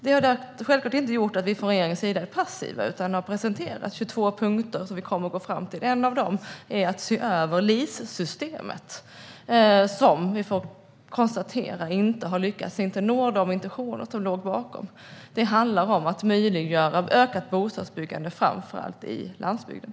Det har självklart inte gjort att vi från regeringens sida är passiva, utan vi har presenterat 22 punkter som vi kommer att gå fram med. En av dem är att se över LIS-systemet, som vi får konstatera inte har lyckats. Det når inte de intentioner som låg bakom systemet. Det handlar om att möjliggöra ökat bostadsbyggande, framför allt i landsbygden.